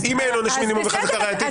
אם אין עונש מינימום בחזקה ראייתית,